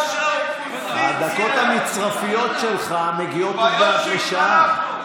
הדקות המצרפיות שלך מגיעות לשעה.